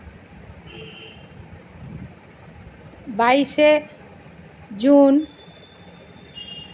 বাইশে জুন